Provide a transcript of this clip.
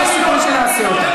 אז יש סיכוי שנעשה אותה.